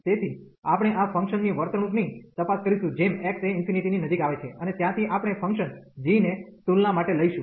તેથી આપણે આ ફંક્શન ની વર્તણૂક ની તપાસ કરીશું જેમ x એ ∞ ની નજીક આવે છે અને ત્યાંથી આપણે ફંક્શન g ને તુલના માટે લઈશું